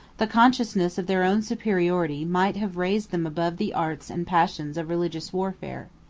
the consciousness of their own superiority might have raised them above the arts and passions of religious warfare.